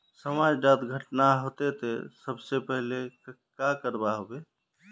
समाज डात घटना होते ते सबसे पहले का करवा होबे?